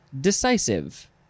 decisive